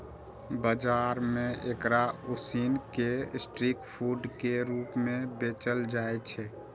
बाजार मे एकरा उसिन कें स्ट्रीट फूड के रूप मे बेचल जाइ छै